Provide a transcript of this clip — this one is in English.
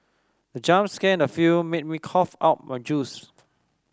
the jump scare in the film made me cough out my juice